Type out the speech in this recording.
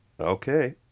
okay